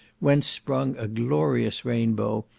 whence sprung a glorious rainbow,